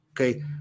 okay